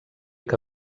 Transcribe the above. que